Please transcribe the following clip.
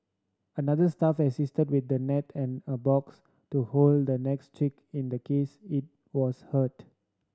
another staff assisted with a net and a box to hold the next chick in the case it was hurt